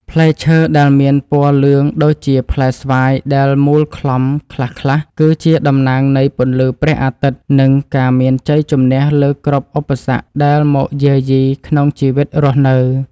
ផ្លែឈើដែលមានពណ៌លឿងដូចជាផ្លែស្វាយដែលមូលក្លំខ្លះៗគឺជាតំណាងនៃពន្លឺព្រះអាទិត្យ និង ការមានជ័យជម្នះលើគ្រប់ឧបសគ្គដែលមកយាយីក្នុងជីវិតរស់នៅ។